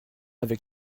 avec